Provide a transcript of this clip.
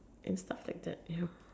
and stuff like that ya